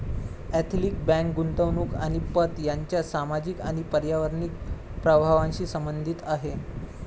ethical bank गुंतवणूक आणि पत यांच्या सामाजिक आणि पर्यावरणीय प्रभावांशी संबंधित आहे